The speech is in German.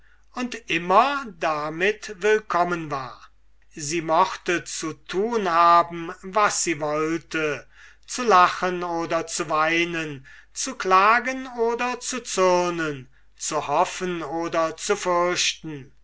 und immer damit willkommen war sie mochte zu tun haben was sie wollte zu lachen oder zu weinen zu klagen oder zu zürnen zu hoffen oder zu fürchten